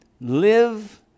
live